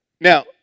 Now